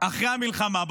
אחרי המלחמה.